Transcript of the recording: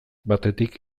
batetik